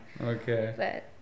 okay